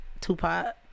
Tupac